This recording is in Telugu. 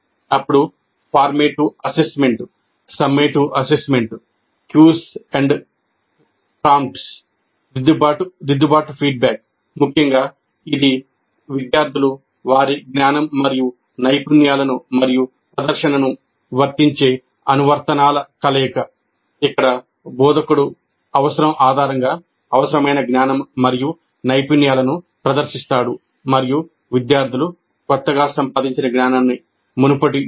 అప్పుడు ఫార్మేటివ్ అసెస్మెంట్